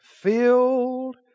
Filled